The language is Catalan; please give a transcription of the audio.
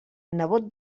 nebot